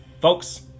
folks